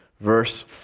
verse